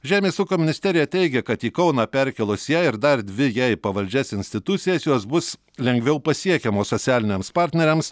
žemės ūkio ministerija teigia kad į kauną perkėlus ją ir dar dvi jai pavaldžias institucijas jos bus lengviau pasiekiamos socialiniams partneriams